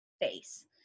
face